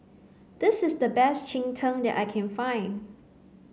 this is the best Cheng Tng that I can find